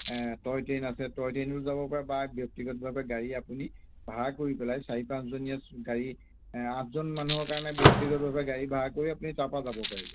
toy train আছে toy ট্ৰেইনো যাব পাৰে বা ব্যক্তিগতভাৱে গাড়ী আপুনি ভাড়া কৰি পেলাই চাৰি পাঁচজনীয়ে গাড়ী আঠজন মানুহৰ কাৰণে ব্যক্তিগতভাৱে গাড়ী ভাড়া কৰি আপুনি তাৰপা যাব পাৰিব